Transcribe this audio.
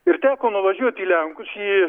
ir teko nuvažiuot lenkus į